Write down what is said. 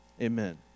Amen